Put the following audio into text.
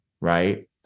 right